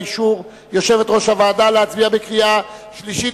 יושבת-ראש הוועדה אישרה להצביע בקריאה שלישית.